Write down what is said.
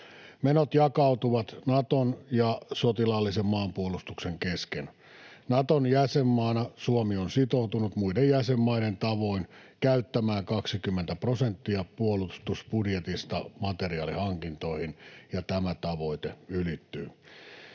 Menot jakautuvat Naton ja sotilaallisen maanpuolustuksen kesken. Naton jäsenmaana Suomi on sitoutunut muiden jäsenmaiden tavoin käyttämään 20 prosenttia puolustusbudjetista materiaalihankintoihin, ja tämä tavoite ylittyy.